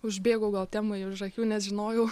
užbėgau gal temai už akių nes žinojau